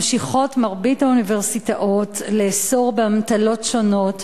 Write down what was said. ממשיכות מרבית האוניברסיטאות לאסור באמתלות שונות